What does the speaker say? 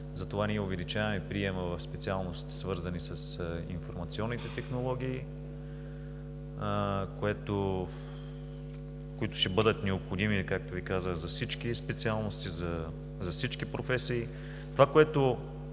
затова ние увеличаваме приема в специалностите, свързани с информационните технологии, които ще бъдат необходими, както Ви казах, за всички специалисти, за всички професии.